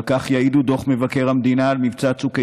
על כך יעיד דוח מבקר המדינה על מבצע צוק איתן,